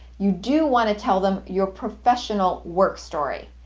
you do want to tell them your professional work story.